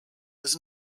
was